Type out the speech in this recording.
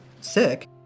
sick